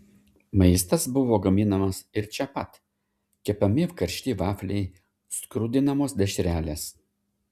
maistas buvo gaminamas ir čia pat kepami karšti vafliai skrudinamos dešrelės